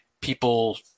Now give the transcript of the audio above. people